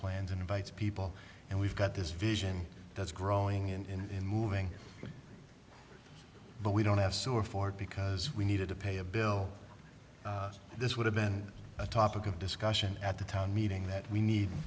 plans and invites people and we've got this vision that's growing in moving but we don't have sewer for it because we needed to pay a bill this would have been a topic of discussion at the town meeting that we need